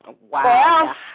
Wow